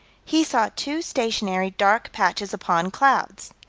he saw two stationary dark patches upon clouds.